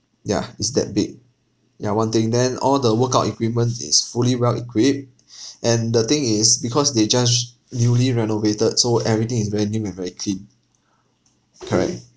yeah it's that big ya one thing then all the workout equipment is fully well equipped and the thing is because they just newly renovated so everything is very new and very clean correct